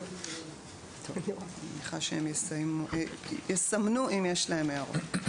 אני מניחה שהם יסמנו אם יש להם הערות.